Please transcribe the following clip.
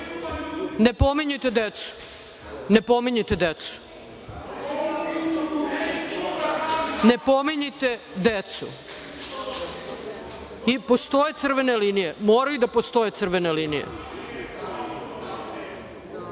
Ne pominjite decu. Ne pominjite decu. Ne pominjite decu.I postoje crvene linije. Moraju da postoje crvene linije. Član